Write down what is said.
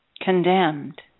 condemned